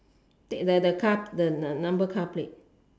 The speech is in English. take the the the car the the number car plate